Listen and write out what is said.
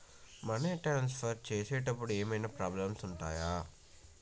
Money transfer చేసేటప్పుడు ఏమైనా problems ఉంటయా?